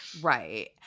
right